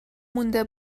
مونده